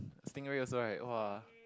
stingray also right !wah!